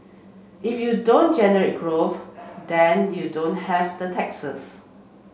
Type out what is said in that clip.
if you don't generate growth then you don't have the taxes